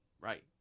Right